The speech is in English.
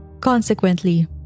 Consequently